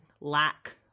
lack